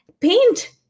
paint